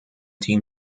team